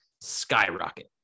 skyrocket